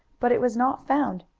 but it was not found,